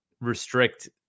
restrict